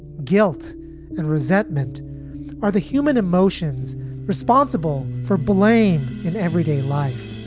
guilt and resentment are the human emotions responsible for blame in everyday life,